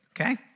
Okay